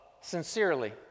sincerely